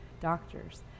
doctors